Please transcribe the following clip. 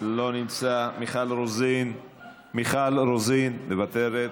לא נמצא, מיכל רוזין, מיכל רוזין, מוותרת,